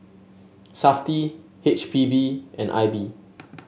Safti H P B and I B